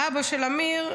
אבא של אמיר,